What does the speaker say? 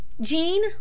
Jean